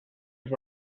els